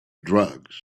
drugs